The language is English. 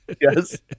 yes